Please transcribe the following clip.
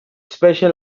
special